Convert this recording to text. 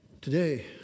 Today